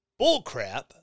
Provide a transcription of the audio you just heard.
bullcrap